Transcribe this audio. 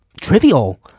trivial